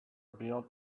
beyond